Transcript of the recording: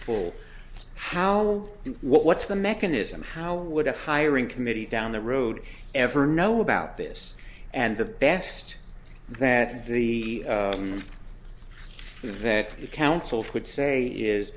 full how what what's the mechanism how would a hiring committee down the road ever know about this and the best that the that the council would say is